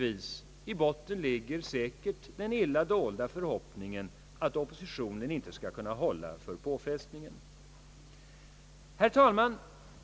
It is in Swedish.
I botten ligger slutligen den illa dolda förhoppningen från regeringen, att oppositionen inte skall kunna hålla för påfrestningen. Herr talman!